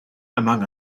among